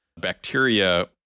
bacteria